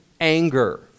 anger